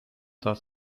sah